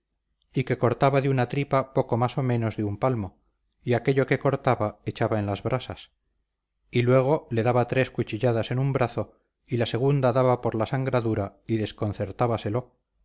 y que cortaba de una tripa poco más o menos de un palmo y aquello que cortaba echaba en las brasas y luego le daba tres cuchilladas en un brazo y la segunda daba por la sangradura y